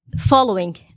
following